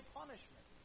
punishment